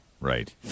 right